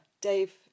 Dave